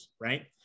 right